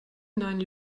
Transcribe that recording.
nine